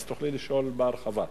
אז תוכלי לשאול בהרחבה.